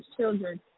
children